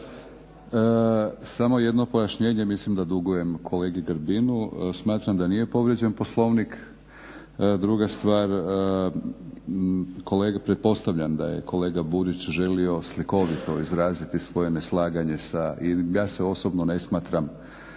Samo jedno pojašnjenje mislim da dugujem kolegi Grbinu. Smatram da nije povrijeđen Poslovnik. Druga stvar kolega, pretpostavljam da je kolega Burić želio slikovito izraziti svoje neslaganje sa, ja se osobno ne smatram